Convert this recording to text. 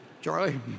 Charlie